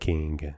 King